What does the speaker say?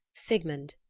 sigmund,